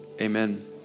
amen